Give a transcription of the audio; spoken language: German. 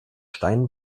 stein